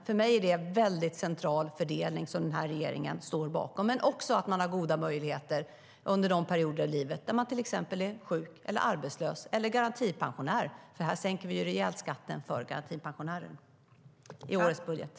För mig är fördelning något väldigt centralt som den här regeringen står bakom. Det handlar också om att man ska ha goda möjligheter under de perioder i livet då man till exempel är sjuk, arbetslös eller garantipensionär. Vi sänker ju skatten rejält för garantipensionärerna i årets budget.